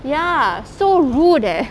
ya so rude eh